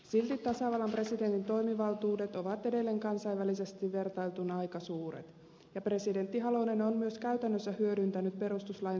silti tasavallan presidentin toimivaltuudet ovat edelleen kansainvälisesti vertailtuna aika suuret ja presidentti halonen on myös käytännössä hyödyntänyt perustuslain suomia toimivaltuuksia